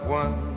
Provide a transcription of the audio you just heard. one